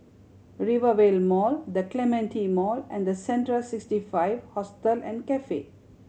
Rivervale Mall The Clementi Mall and Central Sixty Five Hostel and Cafe